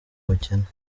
bukene